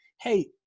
Hey